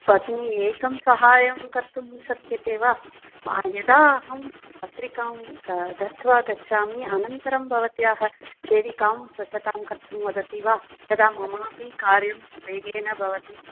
भगिनी एकं साहाय्यं कर्तुं शक्यते वा यदा अहं पत्रिकां दत्वा गच्छामि अनन्तरं भवत्या सेविकां स्वच्छतां कर्तुं वदति वा तदा मम अपि कार्यं वेगेन भवति